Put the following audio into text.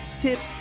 tips